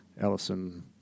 Ellison